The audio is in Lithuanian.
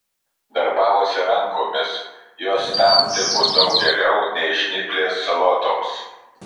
darbavosi rankomis jos tam tiko daug geriau nei žnyplės salotoms